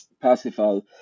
Parsifal